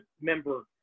member